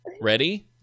Ready